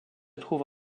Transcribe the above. trouve